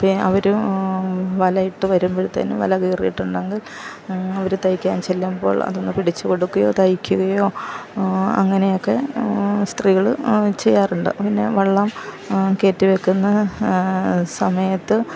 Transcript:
അവരും വലയിട്ട് വരുമ്പഴത്തേനും വല കീറിയിട്ടുണ്ടെങ്കിൽ അവര് തയ്ക്കാൻ ചെല്ലുമ്പോൾ അതൊന്ന് പിടിച്ച് കൊടുക്കുകയോ തയ്ക്കുകയോ അങ്ങനെയൊക്കെ സ്ത്രീകള് ചെയ്യാറുണ്ട് പിന്നെ വള്ളം കയറ്റ് വെക്കുന്ന സമയത്ത്